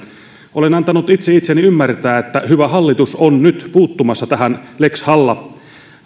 olen antanut itse itseni ymmärtää että hyvä hallitus on nyt puuttumassa tähän lex